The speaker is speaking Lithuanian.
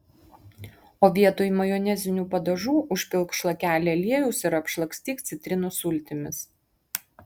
o vietoj majonezinių padažų užpilk šlakelį aliejaus ir apšlakstyk citrinų sultimis